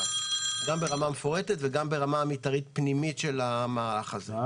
גם ברמה מפורטת וגם ברמה של המתאר הפנימי של המערך הזה.